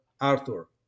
Arthur